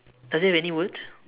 does it have any words